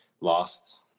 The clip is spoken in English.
lost